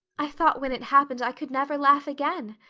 i thought when it happened i could never laugh again.